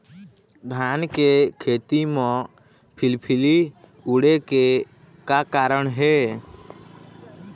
धान के खेती म फिलफिली उड़े के का कारण हे?